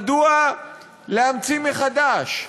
מדוע להמציא מחדש?